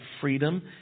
freedom